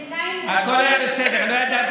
לא ידעתי